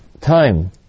time